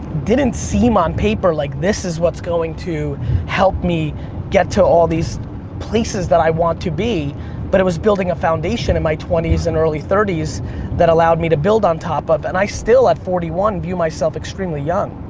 didn't seem on paper like this is what's going to help me get to all these places that i want to be but it was building a foundation in my twenty s and early thirty s that allowed me to build on top of and i still at forty one view myself extremely young.